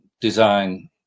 design